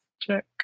check